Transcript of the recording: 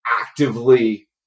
actively